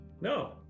No